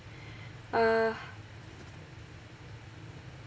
uh